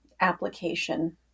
application